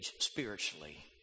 spiritually